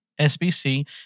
SBC